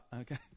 Okay